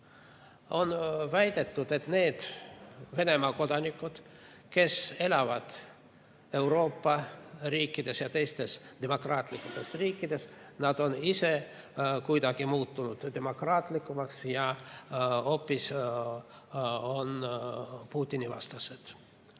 On väidetud, et need Venemaa kodanikud, kes elavad Euroopa riikides ja teistes demokraatlikes riikides, on ise muutunud demokraatlikumaks ja on hoopis Putini-vastased.